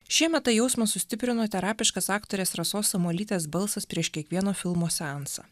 šiemet tą jausmą sustiprino terapiškas aktorės rasos samuolytės balsas prieš kiekvieno filmo seansą